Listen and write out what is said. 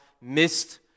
missed